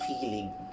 feeling